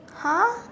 !huh!